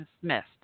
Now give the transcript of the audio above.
dismissed